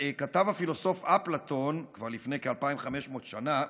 שכתב הפילוסוף אפלטון כבר לפני כ-2,500 שנה,